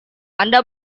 anda